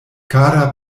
kara